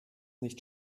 nicht